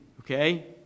Okay